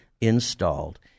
installed